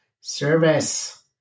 service